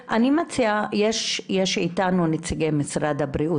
יש איתנו את נציגי משרד הבריאות.